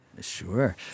Sure